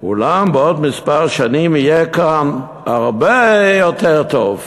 אולם בעוד מספר שנים יהיה כאן הרבה יותר טוב.